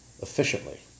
efficiently